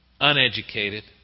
Uneducated